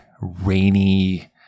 rainy